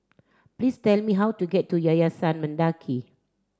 please tell me how to get to Yayasan Mendaki